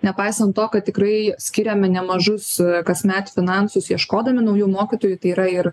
nepaisant to kad tikrai skiriame nemažus kasmet finansus ieškodami naujų mokytojų tai yra ir